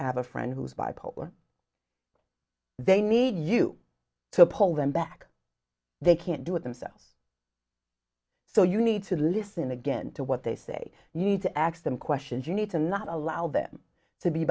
have a friend who is bipolar they need you to pull them back they can't do it themselves so you need to listen again to what they say you need to ax them questions you need to not allow them to be